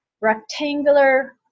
rectangular